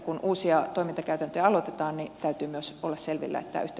kun uusia toimintakäytäntöjä aloitetaan niin täytyy myös olla selvillä tästä